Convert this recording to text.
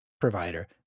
provider